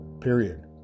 Period